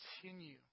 continue